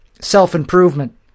self-improvement